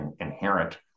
inherent